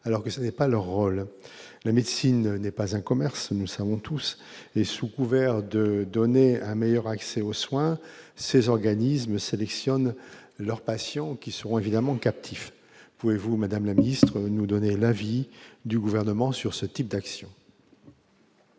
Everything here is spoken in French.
alors que ce n'est pas leur rôle, la médecine n'est pas un commerce, nous savons tous les sous couvert de donner un meilleur accès aux soins ces organismes sélectionnent leurs patients qui seront évidemment captifs, pouvez-vous, Madame la ministre, nous donner l'avis du gouvernement sur ce type d'action.